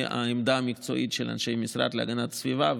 העמדה המקצועית של אנשי המשרד להגנת הסביבה,